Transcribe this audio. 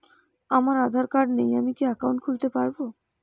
আমার আধার কার্ড নেই আমি কি একাউন্ট খুলতে পারব?